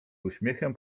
uśmiechem